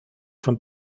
von